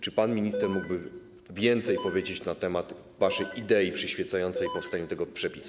Czy pan minister mógłby więcej powiedzieć na temat waszej idei przyświecającej powstaniu tego przepisu?